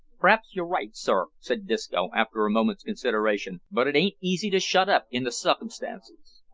p'raps you're right sir, said disco, after a moment's consideration, but it ain't easy to shut up in the succumstances.